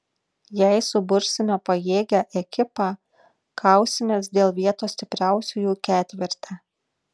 jei subursime pajėgią ekipą kausimės dėl vietos stipriausiųjų ketverte